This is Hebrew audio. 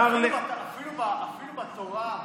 אפילו התורה,